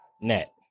net